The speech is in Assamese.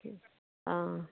ঠিক আছে অঁ